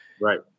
Right